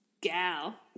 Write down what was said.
gal